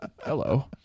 hello